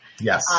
yes